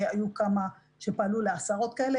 והיו כמה שפעלו עם עשרות חסויים,